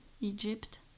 Egypt